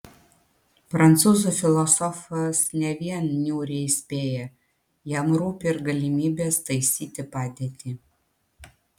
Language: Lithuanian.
prancūzų filosofas ne vien niūriai įspėja jam rūpi ir galimybės taisyti padėtį